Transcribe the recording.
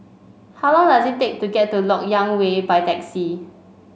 how long does it take to get to LoK Yang Way by taxi